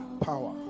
Power